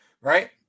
right